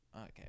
Okay